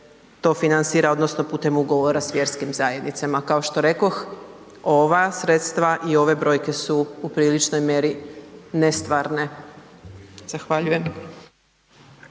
to financira odnosno putem ugovora s vjerskim zajednicama? Kao što rekoh, ova sredstva i ove brojke su u priličnoj mjeri nestvarne. Zahvaljujem.